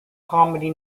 comedy